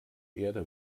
erde